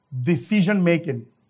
decision-making